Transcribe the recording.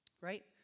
Right